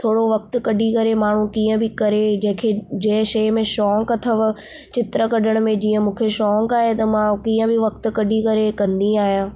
थोरो वक़्तु कढी करे माण्हू कीअं बि करे जेके जंहिं शइ में शौंक़ु अथव चित्र कढण में जीअं मूंखे शौंक़ु आहे त मां कीअं बि वक़्तु कढी करे कंदी आहियां